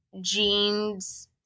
jeans